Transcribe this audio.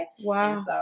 Wow